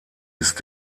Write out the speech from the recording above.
ist